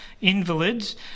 invalids